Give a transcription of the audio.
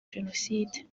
jenoside